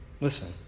Listen